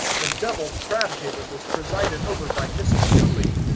the deviled crab table was presided over by mrs. dooley.